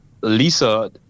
lisa